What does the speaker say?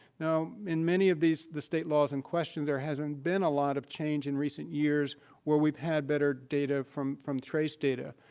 now in many of these state laws in question, there hasn't been a lot of change in recent years where we've had better data from from trace data.